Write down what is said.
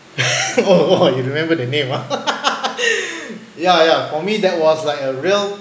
oh oh you remember the name ah ya ya for me that was like a real